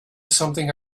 something